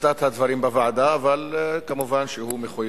ביטא את הדברים גם בוועדה, אבל, כמובן, הוא מחויב